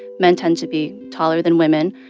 men tend to be taller than women.